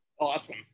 Awesome